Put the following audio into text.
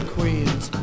Queens